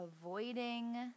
avoiding